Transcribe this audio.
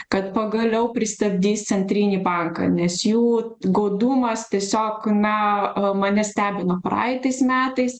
kad pagaliau pristabdys centrinį banką nes jų godumas tiesiog na mane stebino praeitais metais